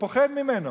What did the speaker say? הוא פוחד ממנו,